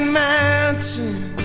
mountain